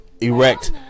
erect